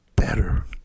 Better